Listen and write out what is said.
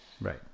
Right